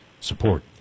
support